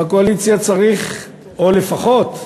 בקואליציה צריך, או לפחות להשתדל,